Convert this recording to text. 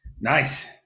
nice